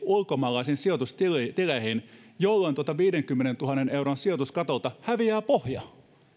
ulkomaalaisiin sijoitustileihin jolloin tuolta viidenkymmenentuhannen euron sijoituskatolta häviää pohja